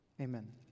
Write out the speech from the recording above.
Amen